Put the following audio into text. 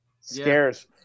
scares